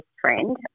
friend